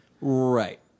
Right